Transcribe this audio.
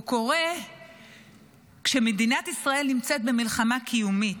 הוא קורה כשמדינת ישראל נמצאת במלחמה קיומית,